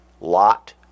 lot